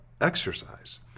exercise